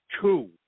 two